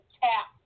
tap